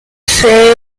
seis